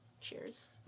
cheers